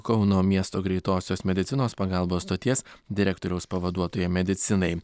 kauno miesto greitosios medicinos pagalbos stoties direktoriaus pavaduotoja medicinai